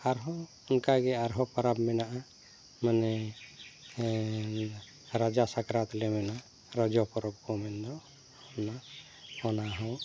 ᱟᱨᱦᱚᱸ ᱚᱱᱠᱟᱜᱮ ᱟᱨᱦᱚᱸ ᱯᱟᱨᱟᱵ ᱢᱮᱱᱟᱜᱼᱟ ᱢᱟᱱᱮ ᱨᱟᱡᱟ ᱥᱟᱠᱨᱟᱛ ᱞᱮ ᱢᱮᱱᱟ ᱨᱚᱡᱚ ᱯᱚᱨᱚᱵ ᱠᱚ ᱢᱮᱱᱫᱚ ᱚᱱᱟ ᱚᱱᱟᱦᱚᱸ